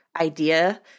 idea